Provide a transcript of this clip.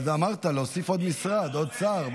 אז אמרת להוסיף עוד משרד, עוד שר.